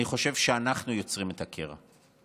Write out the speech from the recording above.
אני חושב שאנחנו יוצרים את הקרע.